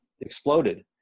exploded